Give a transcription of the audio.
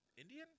Indian